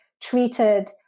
treated